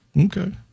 Okay